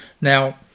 Now